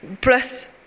plus